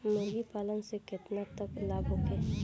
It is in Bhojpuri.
मुर्गी पालन से केतना तक लाभ होखे?